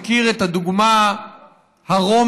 מכיר את הדוגמה הרומית